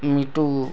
ମିଟୁ